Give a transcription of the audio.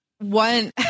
one